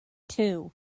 too